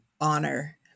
honor